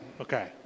Okay